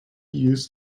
used